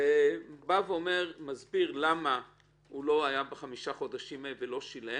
הוא בא ומסביר למה הוא לא היה בחמישה החודשים האלה ולא שילם,